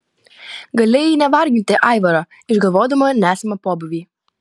galėjai nevarginti aivaro išgalvodama nesamą pobūvį